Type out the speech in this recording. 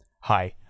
Hi